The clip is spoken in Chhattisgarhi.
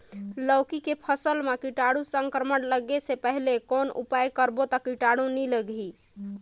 लौकी के फसल मां कीटाणु संक्रमण लगे से पहले कौन उपाय करबो ता कीटाणु नी लगही?